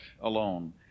alone